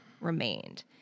remained